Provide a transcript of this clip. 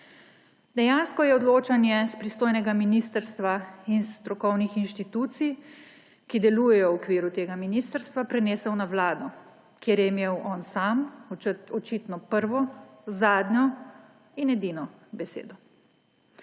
Dejansko je odločanje s pristojnega ministrstva in s strokovnih institucij, ki delujejo v okviru tega ministrstva, prenesel na vlado, kjer je imel on sam očitno prvo, zadnjo in edino besedo.